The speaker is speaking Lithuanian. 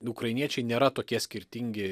ukrainiečiai nėra tokie skirtingi